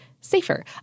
safer